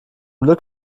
glück